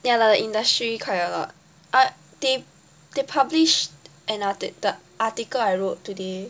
ya lah the industry quite a lot but they they published an arti~ the article I wrote today